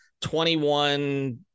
21